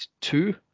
two